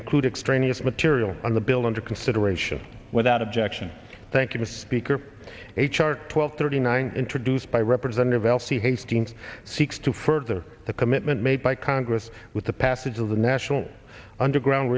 include extraneous material on the bill into consideration without objection thank you to speaker h r twelve thirty nine introduced by representative alcee hastings seeks to further the commitment made by congress with the passage of the national underground